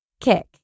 kick